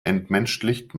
entmenschlicht